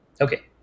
okay